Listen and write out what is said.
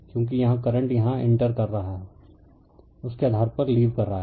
क्योंकि यहां करंट यहां इंटर कर रहा है उसके आधार पर लीव कर रहा है